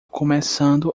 começando